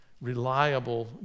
reliable